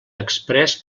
exprés